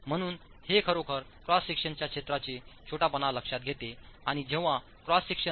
म्हणून हे खरोखर क्रॉस सेक्शनच्या क्षेत्राचे छोटेपणा लक्षात घेते आणि जेव्हा क्रॉस सेक्शन 0